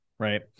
Right